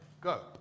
go